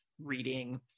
reading